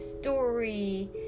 story